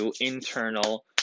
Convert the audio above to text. internal